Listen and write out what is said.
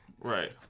right